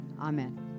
Amen